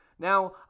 Now